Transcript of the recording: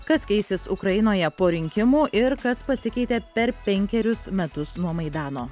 kas keisis ukrainoje po rinkimų ir kas pasikeitė per penkerius metus nuo maidano